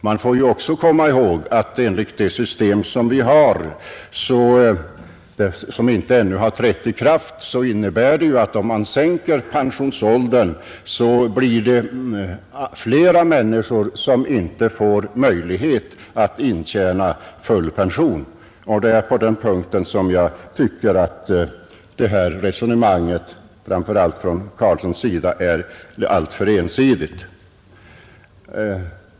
Vi får också komma ihåg att det system, som vi har och som ännu inte trätt i kraft, innebär att om man sänker pensionsåldern blir det fler människor som inte får möjlighet att intjäna full pension. Det är på den punkten som jag tycker att det här resonemanget, framför allt som det förts av herr Carlsson, är alltför ensidigt.